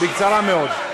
בקצרה מאוד.